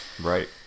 Right